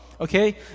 Okay